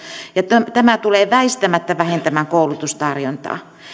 ja tämä tulee väistämättä vähentämään koulutustarjontaa